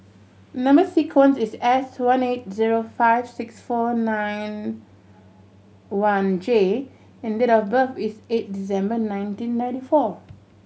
number sequence is S one eight zero five six four nine one J and date of birth is eight December nineteen ninety four